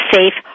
Safe